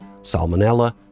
salmonella